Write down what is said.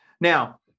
Now